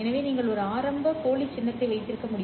எனவே நீங்கள் ஒரு ஆரம்ப போலி சின்னத்தை வைத்திருக்க வேண்டும்